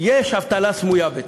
יש אבטלה סמויה בצה"ל.